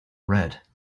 red